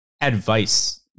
advice